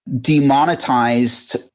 demonetized